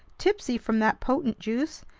tipsy from that potent juice,